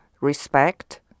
respect